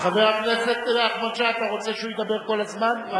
חבר הכנסת נחמן שי, אתה רוצה שהוא ידבר כל הזמן?